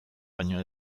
baino